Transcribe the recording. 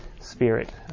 spirit